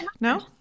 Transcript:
No